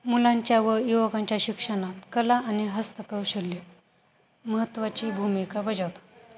मुलांच्या व युवकांच्या शिक्षणात कला आणि हस्तकौशल्य महत्त्वाची भूमिका बजावतं